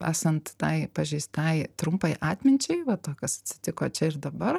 esant tai pažeistai trumpai atminčiai va to kas atsitiko čia ir dabar